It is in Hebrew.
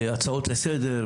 בהצעות לסדר,